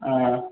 ஆ